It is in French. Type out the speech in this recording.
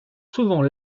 souvent